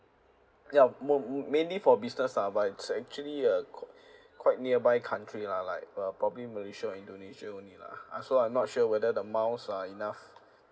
ya m~ mainly for business ah but it's actually a quite quite nearby country lah like uh probably malaysia or indonesia only lah uh so I'm not sure whether the miles are enough